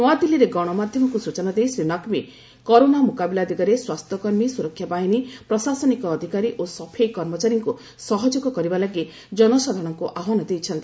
ନୂଆଦିଲ୍ଲୀରେ ଗଣମାଧ୍ୟମକୁ ସୂଚନା ଦେଇ ଶ୍ରୀ ନକ୍ଭୀ କରୋନା ମୁକାବିଲା ଦିଗରେ ସ୍ୱାସ୍ଥ୍ୟ କର୍ମୀ ସୁରକ୍ଷା ବାହିନୀ ପ୍ରଶାସନିକ ଅଧିକାରୀ ଓ ସଫେଇ କର୍ମଚାରୀଙ୍କୁ ସହଯୋଗ କରିବା ଲାଗି ଜନସାଧାରଣଙ୍କୁ ଆହ୍ପାନ ଦେଇଛନ୍ତି